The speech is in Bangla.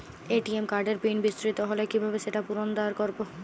এ.টি.এম কার্ডের পিন বিস্মৃত হলে কীভাবে সেটা পুনরূদ্ধার করব?